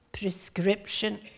prescription